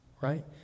right